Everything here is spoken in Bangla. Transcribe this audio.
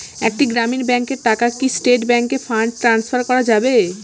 একটি গ্রামীণ ব্যাংকের টাকা কি স্টেট ব্যাংকে ফান্ড ট্রান্সফার করা যাবে?